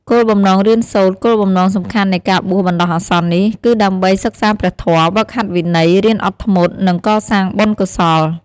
គោលបំណងរៀនសូត្រ គោលបំណងសំខាន់នៃការបួសបណ្ដោះអាសន្ននេះ គឺដើម្បីសិក្សាព្រះធម៌ ហ្វឹកហាត់វិន័យ រៀនអត់ធ្មត់ និងកសាងបុណ្យកុសល។